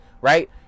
right